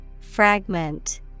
Fragment